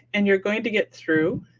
and you're going to get through,